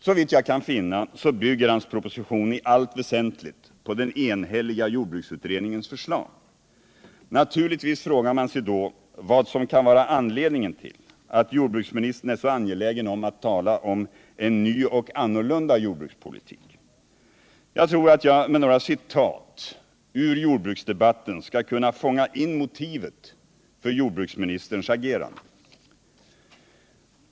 Såvitt jag kan finna så bygger hans proposition i allt väsentligt på jordbruksutredningens enhälliga förslag. Naturligtvis frågar man sig då vad som kan vara anledningen till att jordbruksministern är så angelägen om att tala om en ny och annorlunda jordbrukspolitik. Jag tror att jag med några citat ur jordbruksdebatten skall kunna fånga in motivet för jordbruksministerns agerande.